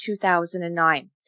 2009